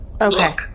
Okay